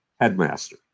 headmaster